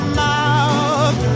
mouth